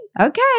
Okay